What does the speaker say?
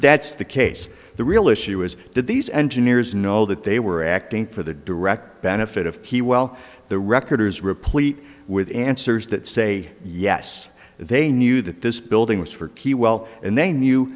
that's the case the real issue is that these engineers know that they were acting for the direct benefit of he well the record is replete with answers that say yes they knew that this building was for p well and they knew